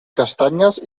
castanyes